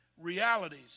realities